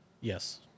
Yes